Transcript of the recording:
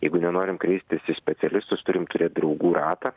jeigu nenorim kreiptis į specialistus turim turėt draugų ratą